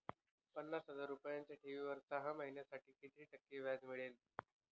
पन्नास हजार रुपयांच्या ठेवीवर सहा महिन्यांसाठी किती टक्के व्याज मिळेल?